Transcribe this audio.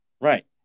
Right